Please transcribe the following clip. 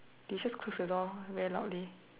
did you just close the door very loudly